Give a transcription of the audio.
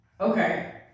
okay